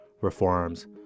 reforms